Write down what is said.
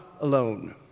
alone